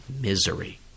misery